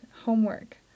homework